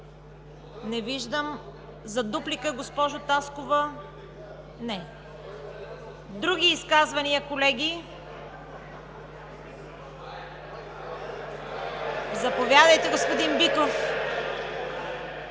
Не виждам. За дуплика, госпожо Таскова? Не. Други изказвания, колеги. Заповядайте, господин Биков.